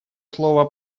слово